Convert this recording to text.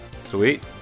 Sweet